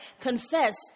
confessed